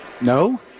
no